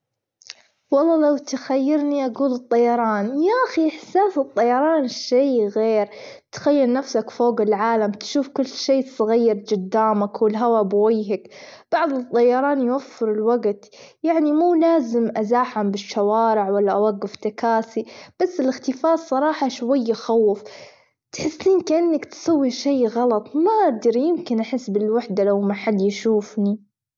والله لو تخيرني أجول الطياران يا أخي إحساس الطياران شي غير تخيل نفسك فوج العالم تشوف كل شي صغير جدامك، والهوا بويهك بعد الطياران يوفر الوجت يعني مو لازم إزاحم بالشوارع، ولا اوجف تكاسي بس الختفال صراحة شوي يخوف تحسين كأنك تسوي شي غلط ما أدري يمكن أحس بالوحدة لو ما حد يشوفني.